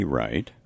right